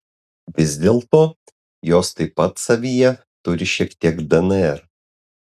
vis dėlto jos taip pat savyje turi šiek tiek dnr